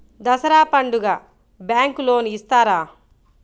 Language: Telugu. దసరా పండుగ బ్యాంకు లోన్ ఇస్తారా?